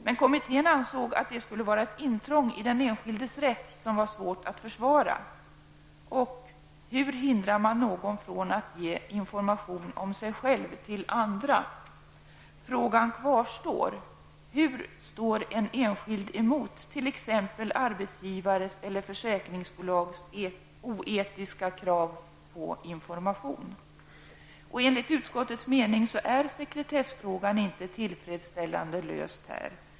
Men kommittén ansåg att det skulle vara ett intrång i den enskildes rätt som var svårt att försvara. Och hur hindrar man någon från att ge information om sig själv till andra? Frågan kvarstår: Hur står en enskild emot t.ex. arbetsgivares eller försäkringsbolags oetiska krav på information? Enligt utskottets mening är sekretessfrågan inte tillfredsställande löst här.